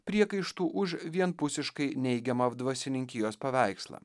priekaištų už vienpusiškai neigiamą dvasininkijos paveikslą